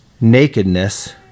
nakedness